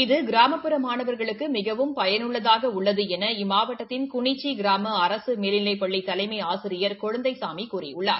இது கிராமப்புற மாணவர்களுக்கு மிகவும் பயனுள்ளதாக உள்ளது என இம்மாவட்டத்தின் குளிச்சி கிராம அரசு மேல்நிலைப்பள்ளி தலைமை ஆசிரியர் குழந்தைசாமி கூறியுள்ளார்